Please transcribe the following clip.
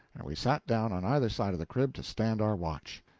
and we sat down on either side of the crib to stand our watch.